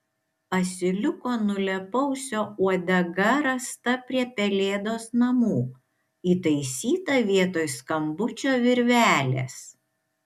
asiliuko nulėpausio uodega rasta prie pelėdos namų įtaisyta vietoj skambučio virvelės